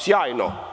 Sjajno.